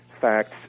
facts